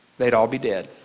they would all be dead.